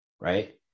Right